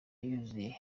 yuzuye